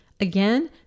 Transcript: Again